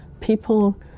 people